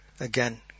Again